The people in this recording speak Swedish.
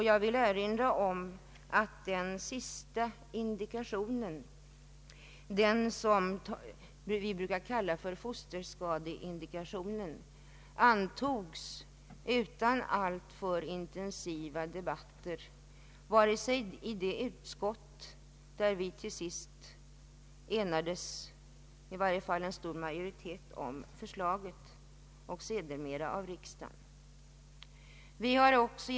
Jag vill erinra om att den sista indikationen, den som vi brukar kalla fosterskadeindikationen, togs utan alltför intensiva debatter både i det utskott där vi till sist enades om förslaget — i varje fall en stor majoritet — och sedermera av riksdagen.